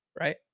right